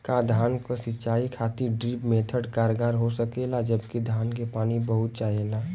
का धान क सिंचाई खातिर ड्रिप मेथड कारगर हो सकेला जबकि धान के पानी बहुत चाहेला?